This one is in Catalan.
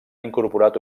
incorporat